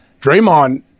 Draymond